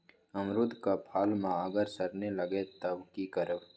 अमरुद क फल म अगर सरने लगे तब की करब?